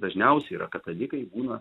dažniausiai yra katalikai būna